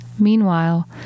Meanwhile